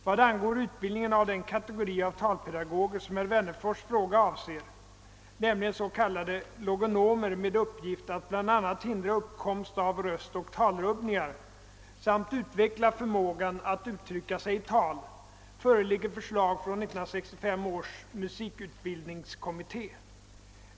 Vad angår utbildningen av den kategori av talpedagoger som herr Wennerfors fråga avser, nämligen s.k. logonomer med uppgift att bl.a. hindra uppkomst av röstoch talrubbningar samt utveckla förmågan att uttrycka sig i tal, föreligger förslag från 1965 års musikutbildningskommitté.